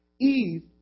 Eve